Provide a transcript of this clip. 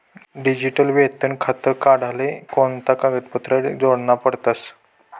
Digital वेतन खातं काढाले कोणता कागदपत्रे जोडना पडतसं?